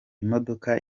imodoka